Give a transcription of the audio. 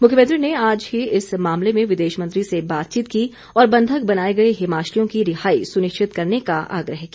मुख्यमंत्री ने आज ही इस मामले में विदेश मंत्री से बातचीत की और बंधक बनाए गए हिमाचलियों की रिहाई सुनिश्चित करने का आग्रह किया